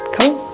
Cool